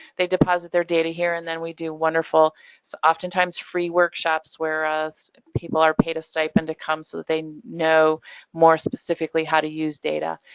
they deposit their data here, and then we do wonderful so oftentimes free workshops where ah people are paid a stipend to come so that they know more specifically how to use data.